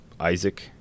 Isaac